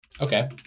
Okay